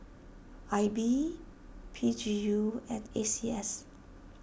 I B P G U and A C S